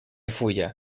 fulla